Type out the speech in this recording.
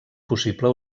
possible